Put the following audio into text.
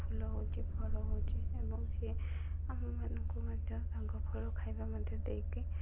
ଫୁଲ ହେଉଛି ଫଳ ହେଉଛି ଏବଂ ସିଏ ଆମମାନଙ୍କୁ ମଧ୍ୟ ତାଙ୍କ ଫଳ ଖାଇବା ମଧ୍ୟ ଦେଇକି